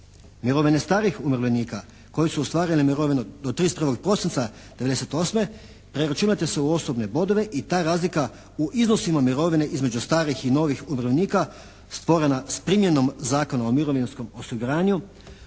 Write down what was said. Mirovine starijih umirovljenika koji su ostvarili mirovinu do 31. prosinca 98. preračunate su u osobne bodove i ta je razlika u iznosima mirovine između starih i novih umirovljenika stvorena s primjenom Zakona o mirovinskom osiguranju